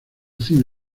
cine